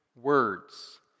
words